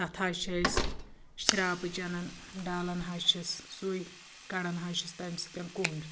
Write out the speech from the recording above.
تَتھ حظ چھِ أسی شرٛاپٕچ اَنان ڈالان حظ چھِس سُے کَڑان حظ چھِس تَمہِ سۭتۍ کوٚنٛڈ